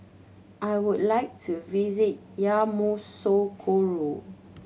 I would like to visit Yamoussoukro